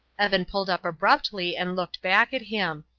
evan pulled up abruptly and looked back at him.